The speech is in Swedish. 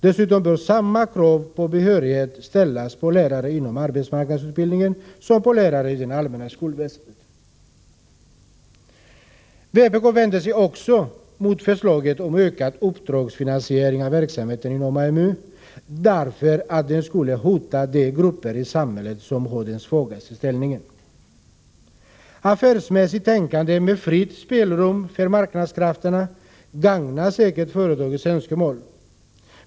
Dessutom bör samma krav på behörighet ställas på lärarna inom arbetsmarknadsutbildningen som de som ställs på lärarna i det allmänna skolväsendet. Vidare vänder vi i vpk oss mot förslaget om en ökad uppdragsfinansiering av verksamheten inom AMU, därför att den skulle innebära ett hot mot de grupper i samhället som har den svagaste ställningen. Affärsmässigt tänkande med fritt spelrum för marknadskrafterna gagnar säkert företagens önskemål.